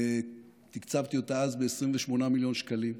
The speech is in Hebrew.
תקצבתי אותה אז ב-28 מיליון שקלים.